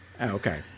Okay